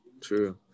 true